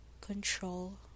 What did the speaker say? control